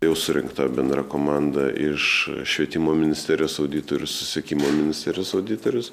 jau surinkta bendra komanda iš švietimo ministerijos auditorius susisiekimo ministerijos auditorius